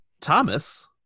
Thomas